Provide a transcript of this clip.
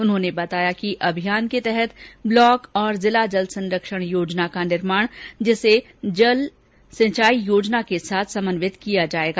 उन्होंने बताया कि अभियान के तहत ब्लॉक और जिला जल संरक्षण योजना का निर्माण जिसे जिला सिंचाई योजना के साथ समन्वित किया जायेगा